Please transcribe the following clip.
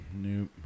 Nope